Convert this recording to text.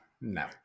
no